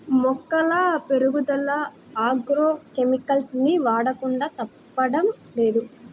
మొక్కల పెరుగుదల agro chemicals ని వాడకుండా తప్పడం లేదు